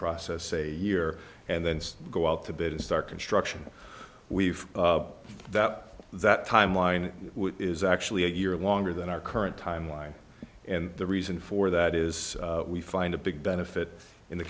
process a year and then go out to bid and start construction we've that that timeline is actually a year longer than our current timeline and the reason for that is we find a big benefit in the